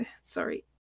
sorry